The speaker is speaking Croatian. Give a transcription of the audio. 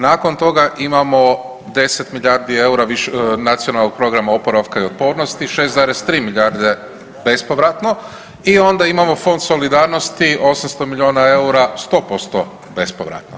Nakon toga imamo 10 milijardi eura Nacionalnog programa oporavka i otpornosti 6,3 milijarde bespovratno i onda imamo Fond solidarnosti 800 milijuna eura, 100% bespovratno.